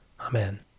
Amen